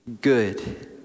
good